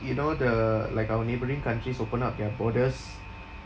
you know the like our neighbouring countries open up their borders